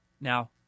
now